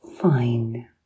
fine